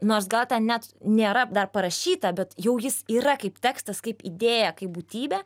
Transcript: nors gal ten net nėra dar parašyta bet jau jis yra kaip tekstas kaip idėja kaip būtybė